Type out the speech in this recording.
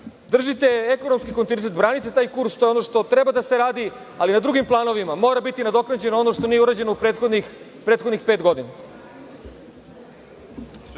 resurs. Držite ekonomski kontinuitet. Branite ono što treba da se radi, ali na drugim planovima mora biti nadoknađeno ono što nije urađeno u prethodnih pet godina.